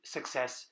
Success